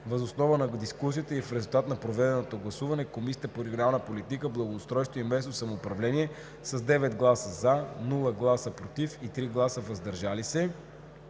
Въз основа на дискусията и в резултат на проведеното гласуване Комисията по регионална политика, благоустройство и местно самоуправление с 9 гласа „за“, без „против” и 3 гласа „въздържал се“